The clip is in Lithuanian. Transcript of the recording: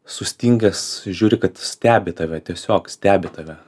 sustingęs žiūri kad stebi tave tiesiog stebi tave